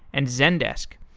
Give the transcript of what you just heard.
and zendesk.